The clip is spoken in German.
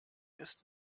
ist